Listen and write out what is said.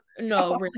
No